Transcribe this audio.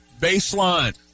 baseline